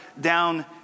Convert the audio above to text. down